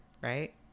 right